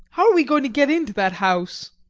how are we going to get into that house?